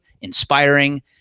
inspiring